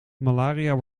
malaria